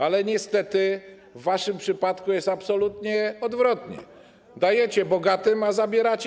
Ale niestety w waszym przypadku jest absolutnie odwrotnie - dajecie bogatym, a zabieracie